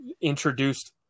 introduced